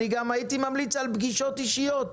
הייתי ממליץ גם על פגישות אישיות.